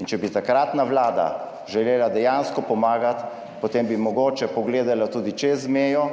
In če bi takratna Vlada želela dejansko pomagati, potem bi mogoče pogledala tudi čez mejo